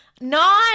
Nine